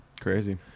crazy